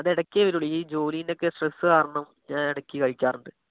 അത് ഇടയ്ക്കേ വരികയുള്ളൂ ഈ ജോലിൻ്റെ ഒക്കെ സ്ട്രെസ്സ് കാരണം ഞാൻ ഇടയ്ക്ക് കഴിക്കാറുണ്ട്